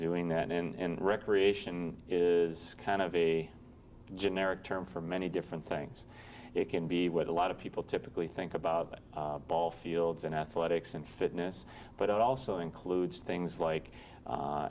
doing that in recreation is kind of a generic term for many different things it can be what a lot of people typically think about ball fields and athletics and fitness but it also includes things like a